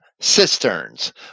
cisterns